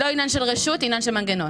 זה לא עניין של רשות אלא עניין של מנגנון.